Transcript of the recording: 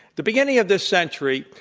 the beginning of this century,